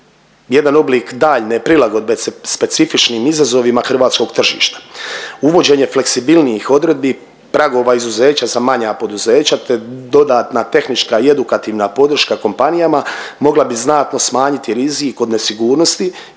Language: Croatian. jedan oblik daljnje prilagodbe specifičnim izazovima hrvatskog tržišta. Uvođenje fleksibilnijih odredbi pragova izuzeća za manja poduzeća te dodatna tehnička i edukativna podrška kompanijama, mogla bi znatno smanjiti rizik od nesigurnosti